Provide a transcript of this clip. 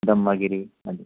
ब्रम्हगिरीमध्ये